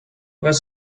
was